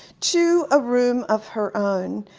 to a room of her own,